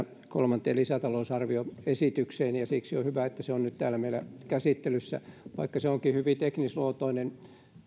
kolmanteen lisätalousarvioesitykseen ja siksi on hyvä että se on nyt täällä meillä käsittelyssä vaikka se onkin hyvin teknisluontoinen